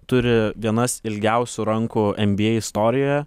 turi vienas ilgiausių rankų nba istorijoje